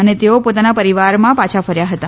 અને તેઓ પોતાના પરિવારમાં પાછા ફર્યા હતા